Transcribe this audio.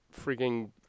freaking